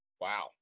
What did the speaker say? wow